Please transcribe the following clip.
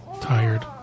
Tired